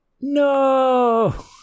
No